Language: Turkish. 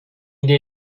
yedi